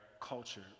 culture